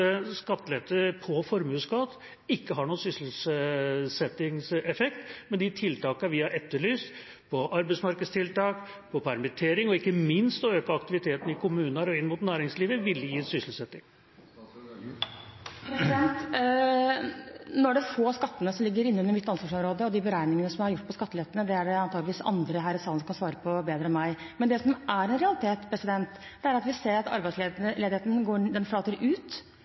skattelette på formuesskatt ikke har noen sysselsettingseffekt, mens de tiltakene vi har etterlyst når det gjelder arbeidsmarkedstiltak, permittering, og ikke minst å øke aktiviteten i kommuner og inn mot næringslivet, ville gi sysselsetting? Nå er det få av skattene som ligger inn under mitt ansvarsområde, og beregningene som er gjort på skattelettene, er det antakeligvis andre her i salen som kan svare bedre på enn meg. Det som er en realitet, er at vi ser at arbeidsledigheten flater ut, og den